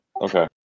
Okay